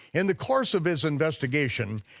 in the course of his investigation,